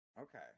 Okay